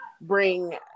bring